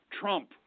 Trump